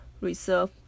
reserve